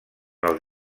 els